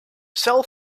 cell